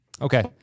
Okay